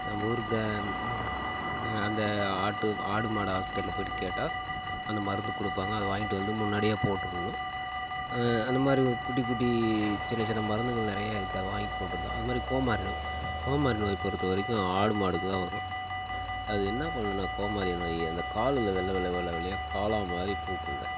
நம்ம ஊர்ங்க அந்த ஆட்டு ஆடு மாடு ஹாஸ்பத்திரியில போய்ட்டு கேட்டால் அந்த மருந்து கொடுப்பாங்க அதை வாங்கிட்டு வந்து முன்னாடியே போட்டுக்கணும் அந்தமாதிரி குட்டி குட்டி சின்ன சின்ன மருந்துகள் நிறைய இருக்குது அதை வாங்கி போட்டிருந்தா அதுமாதிரி கோமாரி நோய் கோமாரி நோய் பொறுத்த வரைக்கும் ஆடு மாடுக்குதான் வரும் அது என்ன பண்ணும்னா கோமாரி நோய் அந்த காலில் வெள்ளை வெள்ளை வெள்ளையா காளான் மாதிரி பூக்குங்க